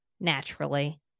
naturally